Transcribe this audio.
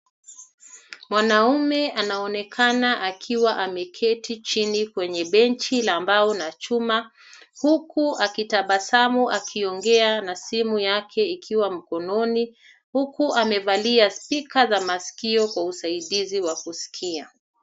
Mwanamume anaonekana akiwa ameketi chini kwenye benchi la mbao na chuma, huku akitabasamu akiongea na simu yake ikiwa mkononi, huku amevalia spika za masikio kwa usaidizi wa kusikia.